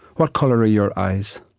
what colour are your eyes?